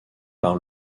par